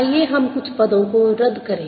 आइए हम कुछ पदों को रद्द करें